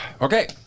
Okay